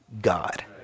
God